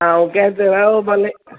हा ऐं कंहिं थे रओ बि हले